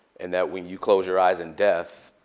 and that when you close your eyes in death,